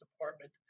department